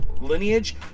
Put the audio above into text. lineage